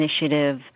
Initiative